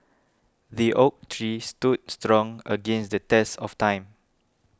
the oak tree stood strong against the test of time